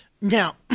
Now